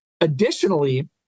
Additionally